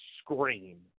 scream